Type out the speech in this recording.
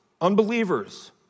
unbelievers